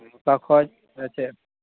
ᱚᱠᱟ ᱠᱷᱚᱡ ᱥᱮᱪᱮᱫ